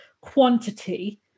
quantity